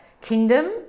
kingdom